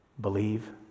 Believe